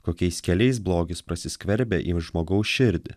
kokiais keliais blogis prasiskverbia į žmogaus širdį